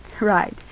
Right